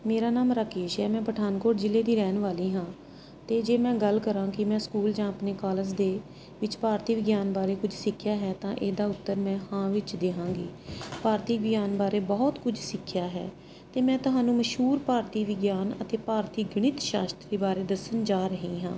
ਮੇਰਾ ਨਾਮ ਰਾਕੇਸ਼ ਹੈ ਮੈਂ ਪਠਾਨਕੋਟ ਜ਼ਿਲ੍ਹੇ ਦੀ ਰਹਿਣ ਵਾਲੀ ਹਾਂ ਅਤੇ ਜੇ ਮੈਂ ਗੱਲ ਕਰਾਂ ਕਿ ਮੈਂ ਸਕੂਲ ਜਾਂ ਆਪਣੇ ਕਾਲਜ ਦੇ ਵਿੱਚ ਭਾਰਤੀ ਵਿਗਿਆਨ ਬਾਰੇ ਕੁਝ ਸਿੱਖਿਆ ਹੈ ਤਾਂ ਇਹਦਾ ਉੱਤਰ ਮੈਂ ਹਾਂ ਵਿੱਚ ਦੇਵਾਂਗੀ ਭਾਰਤੀ ਵਿਗਿਆਨ ਬਾਰੇ ਬਹੁਤ ਕੁਝ ਸਿੱਖਿਆ ਹੈ ਅਤੇ ਮੈਂ ਤੁਹਾਨੂੰ ਮਸ਼ਹੂਰ ਭਾਰਤੀ ਵਿਗਿਆਨ ਅਤੇ ਭਾਰਤੀ ਗਣਿਤ ਸ਼ਾਸਤਰੀ ਬਾਰੇ ਦੱਸਣ ਜਾ ਰਹੀ ਹਾਂ